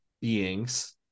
beings